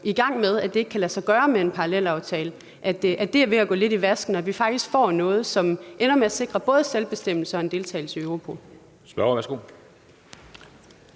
i gang med, om, at det ikke kan lade sig gøre med en parallelaftale, er ved at gå lidt i vasken, og at vi faktisk får noget, som ender med at sikre både selvbestemmelse og en deltagelse i Europol.